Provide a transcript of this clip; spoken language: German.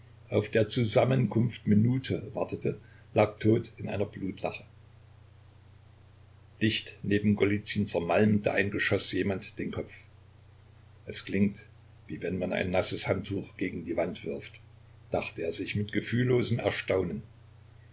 auf der zusammenkunft minute wartete lag tot in einer blutlache dicht neben golizyn zermalmte ein geschoß jemand den kopf es klingt wie wenn man ein nasses handtuch gegen die wand wirft dachte er sich mit gefühllosem erstaunen